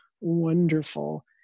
wonderful